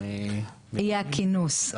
גם -- יהיה הכינוס,